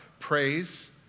Praise